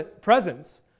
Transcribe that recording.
presence